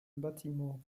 bâtiment